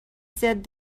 said